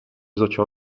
začal